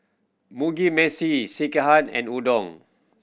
Mugi Meshi Sekihan and Udon